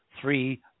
three